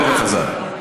חברת הכנסת ברקו,